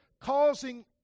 causing